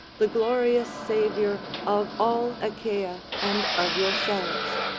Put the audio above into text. the glorious saviour of all achaea and of yourselves.